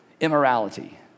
Immorality